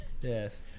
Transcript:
Yes